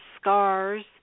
scars